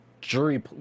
jury